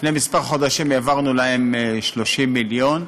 לפני כמה חודשים העברנו להם 30 מיליון,